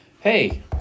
hey